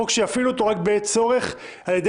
חוק שיפעילו אותו רק בעת הצורך על-ידי